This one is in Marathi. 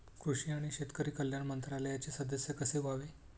कृषी आणि शेतकरी कल्याण मंत्रालयाचे सदस्य कसे व्हावे?